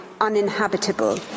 uninhabitable